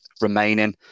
remaining